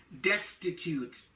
destitute